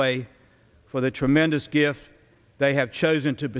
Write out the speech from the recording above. conway for the tremendous gift they have chosen to